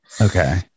Okay